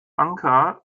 anker